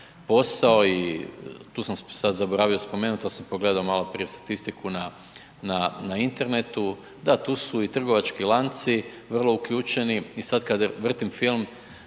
posao i tu sam zaboravio spomenuti, ali sam pogledao maloprije statistiku na internetu. Da, tu su i trgovački lanci vrlo uključeni i sad kad vrtim film,